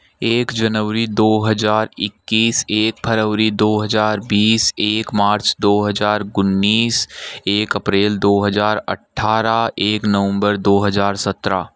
एक जनवरी दो हज़ार इक्कीस एक फरवरी दो हज़ार बीस एक मार्च दो हज़ार उन्नीस एक अप्रैल दो हज़ार अठारह एक नवम्बर दो हज़ार सत्रह